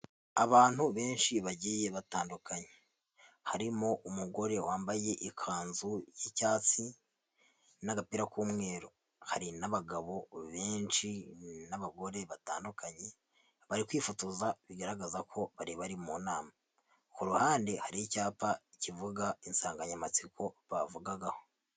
Abantu benshi bagiye batandukanye harimo umugore wambaye ikanzu y'icyatsi n'agapira k'umweru, hari n'abagabo benshi n'abagore batandukanye bari kwifotoza bigaragaza ko bari bari mu nama, ku ruhande hari icyapa kivuga insanganyamatsiko bavugagaho.